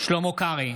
שלמה קרעי,